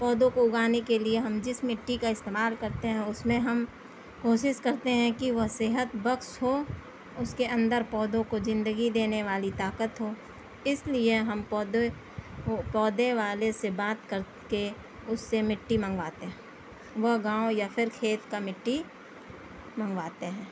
پودوں کو اُگانے کے لیے ہم جس مٹی کا استعمال کرتے ہیں اُس میں ہم کوشش کرتے ہیں کہ وہ صحت بخش ہو اُس کے اندر پودوں کو زندگی دینے والی طاقت ہو اِس لیے ہم پودے پودے والے سے بات کرکے اُس سے مٹی منگواتے ہیں وہ گاؤں یا پھر کھیت کا مٹی منگواتے ہیں